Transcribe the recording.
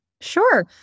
Sure